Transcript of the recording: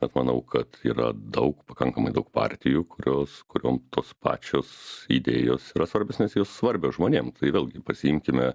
bet manau kad yra daug pakankamai daug partijų kurios kuriom tos pačios idėjos yra svarbios nes jos svarbios žmonėms tai vėlgi pasiimkime